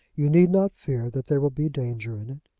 you need not fear that there will be danger in it.